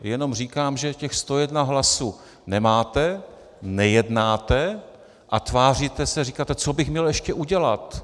Jenom říkám, že těch 101 hlasů nemáte, nejednáte a tváříte se, říkáte co bych měl ještě udělat?